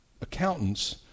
accountants